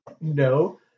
No